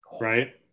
right